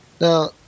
Now